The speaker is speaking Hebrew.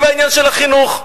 הן בעניין של החינוך.